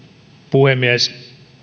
puhemies